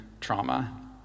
trauma